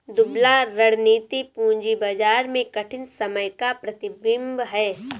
दुबला रणनीति पूंजी बाजार में कठिन समय का प्रतिबिंब है